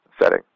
setting